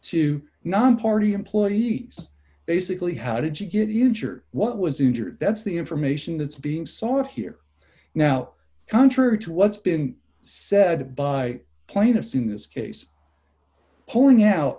to nonparty employees basically how did you get injured what was injured that's the information that's being sought here now contrary to what's been said by plaintiffs in this case pulling out